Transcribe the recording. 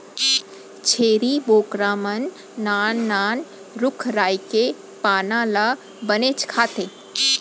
छेरी बोकरा मन नान नान रूख राई के पाना ल बनेच खाथें